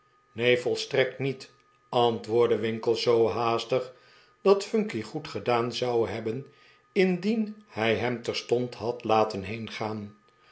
neen volstrekt niet antwoordde winkle zoo haastig dat phunky goed gedaan zou hebben indien hij hem terstond had laten heengaan